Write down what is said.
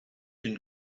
can